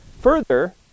Further